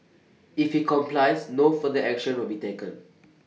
if he complies no further action will be taken